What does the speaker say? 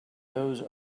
those